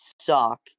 suck